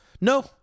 No